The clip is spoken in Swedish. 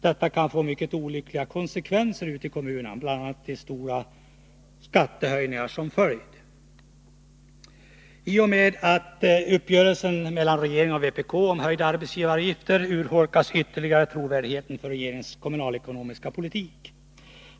Detta kan få mycket olyckliga konsekvenser ute i kommunerna, med bl.a. stora skattehöjningar som följd. I och med uppgörelsen mellan regeringen och vpk om höjda arbetsgivaravgifter urholkas ytterligare trovärdigheten hos regeringens kommunalekonomiska politik.